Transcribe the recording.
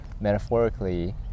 metaphorically